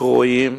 קרועים,